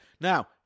Now